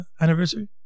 anniversary